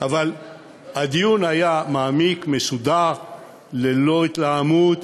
אבל הדיון היה מעמיק, מסודר, ללא התלהמות.